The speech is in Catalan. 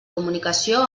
comunicació